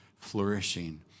flourishing